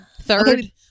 third